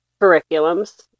curriculums